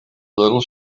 little